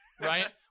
Right